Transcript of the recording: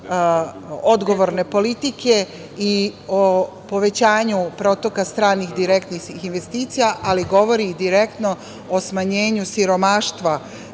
odgovorne politike i povećanju protoka stranih direktnih investicija, ali govori i direktno o smanjenju siromaštva,